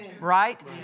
right